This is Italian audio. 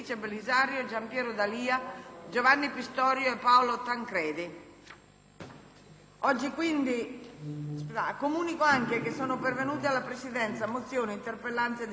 finestra"). Comunico che sono pervenute alla Presidenza mozioni, interpellanze e interrogazioni, pubblicate nell'allegato B al Resoconto della seduta odierna.